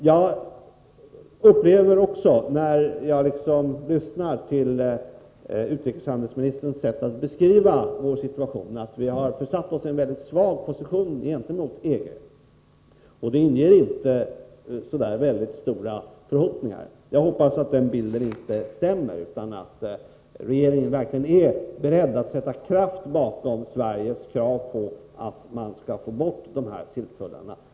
Jag upplever också, när jag lyssnar till utrikeshandelsministerns beskrivning av vår situation, att vi har försatt oss i en mycket svag position gentemot EG. Det inger inte särskilt stora förhoppningar. Jag hoppas därför att den bilden inte stämmer, utan att regeringen verkligen är beredd att sätta kraft bakom Sveriges krav på att få bort dessa silltullar.